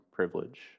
privilege